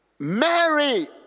Mary